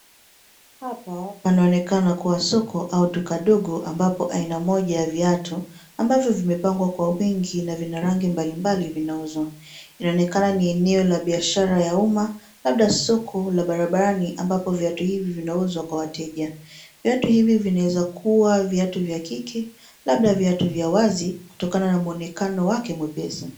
Hapa panaonekana kuwa soko au duka dogo ambapo aina moja ya viatu, ambavyo vimepangwa kwa wingi na vina rangi mbalimbali vinauzwa. Inaonekana ni eneo la biashara ya umma, labda soko la barabarani ambapo viatu hivi vinauzwa kwa wateja. Viatu hivi vinaweza kuwa viatu vya kike, labda viatu vya wazi, kutokana na muonekano wake mwepesi.